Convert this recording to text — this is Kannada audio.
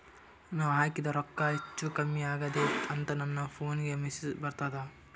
ನಾವ ಹಾಕಿದ ರೊಕ್ಕ ಹೆಚ್ಚು, ಕಮ್ಮಿ ಆಗೆದ ಅಂತ ನನ ಫೋನಿಗ ಮೆಸೇಜ್ ಬರ್ತದ?